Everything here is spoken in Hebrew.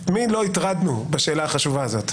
את מי לא הטרדנו בשאלה החשובה הזאת.